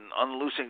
unloosing